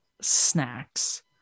snacks